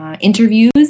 Interviews